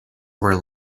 were